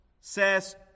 says